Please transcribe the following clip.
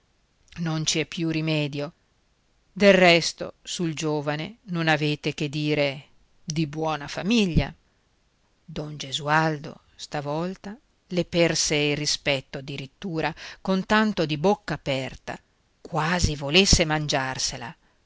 ci è più rimedio del resto sul giovane non avete che dire di buona famiglia don gesualdo stavolta le perse il rispetto addirittura con tanto di bocca aperta quasi volesse mangiarsela